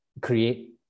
create